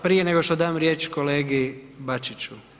Prije nego što dam riječ kolegi Bačiću.